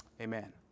Amen